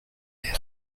est